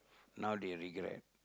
now they regret